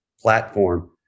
platform